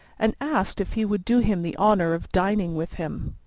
and asked if he would do him the honour of dining with him.